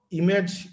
image